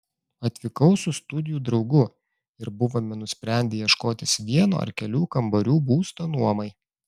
atvykau su studijų draugu ir buvome nusprendę ieškotis vieno ar kelių kambarių būsto nuomai